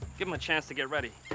give him a chance to get ready.